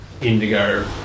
Indigo